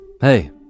Hey